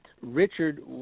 Richard